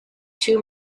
two